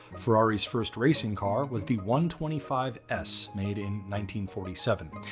ferrari's first racing car was the one twenty five s made in nineteen forty seven.